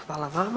Hvala vama.